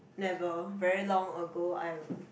never very long ago I